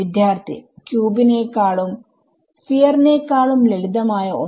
വിദ്യാർത്ഥി ക്യൂബ് നേക്കാളും സ്ഫിയർ നേക്കാളും ലളിതമായ ഒന്ന്